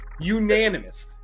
Unanimous